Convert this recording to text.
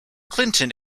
clinton